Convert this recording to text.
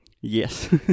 Yes